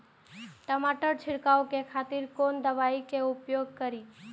टमाटर छीरकाउ के खातिर कोन दवाई के उपयोग करी?